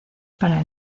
para